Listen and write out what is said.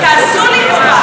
תעשו לי טובה.